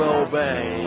obey